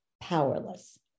powerless